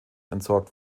entsorgt